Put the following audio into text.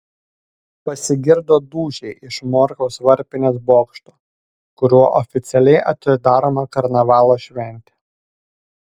pasigirdo dūžiai iš morkaus varpinės bokšto kuriuo oficialiai atidaroma karnavalo šventė